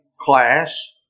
class